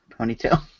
ponytail